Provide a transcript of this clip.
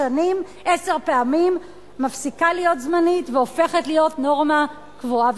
פעמים מפסיקה להיות זמנית והופכת להיות נורמה קבועה,